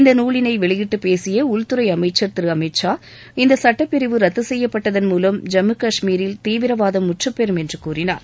இந்த நூலினை வெளியிட்டு பேசிய உள்துறை அமைச்சர் திரு அமித் ஷா இந்த சட்டப் பிரிவை ரத்து செய்யப்பட்டதன் மூலம் ஜம்மு கஷ்மீரில் தீவிரவாதம் முற்றுப்பெறும் என்று கூறினார்